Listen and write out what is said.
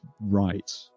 right